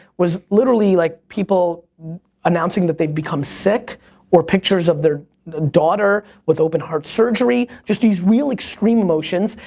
was literally like people announcing that they've become sick or pictures of their daughter with open heart surgery. just these real extreme emotions,